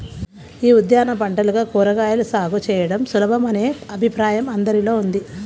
యీ ఉద్యాన పంటలుగా కూరగాయల సాగు చేయడం సులభమనే అభిప్రాయం అందరిలో ఉంది